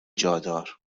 جادار